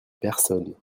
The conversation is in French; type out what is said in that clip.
personnes